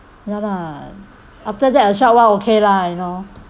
ya lah after that a short while okay lah you know